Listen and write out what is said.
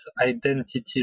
identity